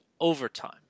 overtime